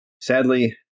sadly